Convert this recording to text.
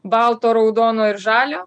balto raudono ir žalio